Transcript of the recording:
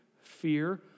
fear